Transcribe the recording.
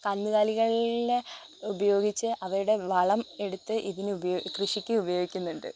കന്നുകാലികളെ ഉപയോഗിച്ച് അവയുടെ വളം എടുത്ത് ഇതിന് കൃഷിക്ക് ഉപയോഗിക്കുന്നുണ്ട്